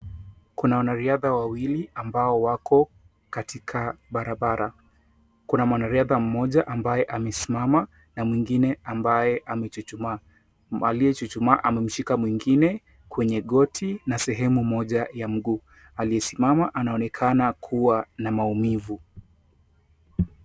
kuna wanariadha wawili ambao wako katika barabara. Kuna mwanariadha mmoja ambaye amesimama na mwengine ambaye amechuchumaa. Aliyechuchumaa amemshika mwengine kwenye goti na sehemu moja ya mguu. Aliyesimama anaonekana kuwa na maumivu.